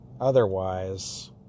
otherwise